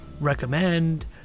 recommend